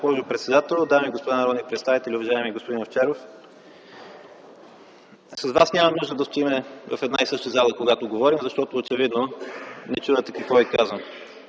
госпожо председател, дами и господа народни представители! Уважаеми господин Овчаров, с Вас няма нужда да стоим в една и съща зала когато говорим, защото очевидно не чувате какво Ви казвам.